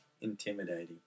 intimidating